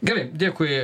gerai dėkui